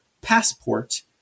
passport